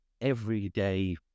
everyday